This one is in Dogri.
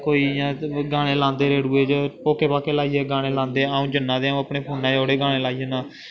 कोई इ'यां गाने लांदे रेडूए च पोके पाके लाइयै गाने लांदे अ'ऊं जन्ना अपने फोनै च ओह्कड़े गाने लाई ओड़ना